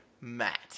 Matt